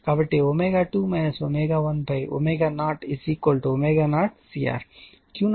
Q0 1 ω0CR అని మనం చూశాము